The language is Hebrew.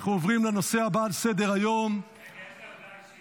אנחנו עוברים לנושא הבא על סדר-היום --- יש לי הודעה אישית